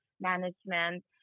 management